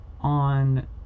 on